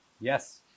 Yes